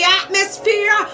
atmosphere